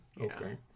Okay